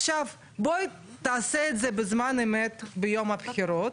בוא תעשה את זה בזמן אמת ביום הבחירות,